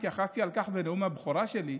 התייחסתי לכך בנאום הבכורה שלי,